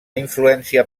influència